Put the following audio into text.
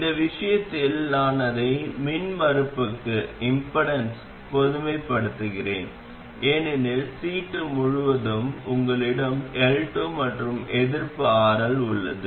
இந்த விஷயத்தில் நான் அதை மின்மறுப்புக்கு பொதுமைப்படுத்துகிறேன் ஏனெனில் C2 முழுவதும் உங்களிடம் L2 மற்றும் எதிர்ப்பு RL உள்ளது